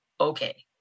okay